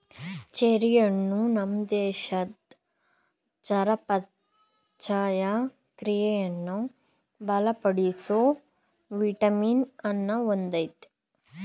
cherry ಹಣ್ಣು ನಮ್ ದೇಹದ್ ಚಯಾಪಚಯ ಕ್ರಿಯೆಯನ್ನು ಬಲಪಡಿಸೋ ವಿಟಮಿನ್ ಅನ್ನ ಹೊಂದಯ್ತೆ